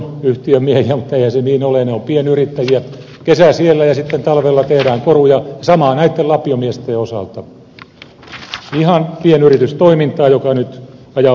he ovat pienyrittäjiä kesä siellä ja sitten talvella tehdään koruja ja sama on näitten lapiomiesten osalta ihan pienyritystoimintaa joka nyt ajautuu alas